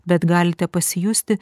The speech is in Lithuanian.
bet galite pasijusti